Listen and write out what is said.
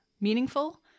meaningful